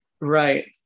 right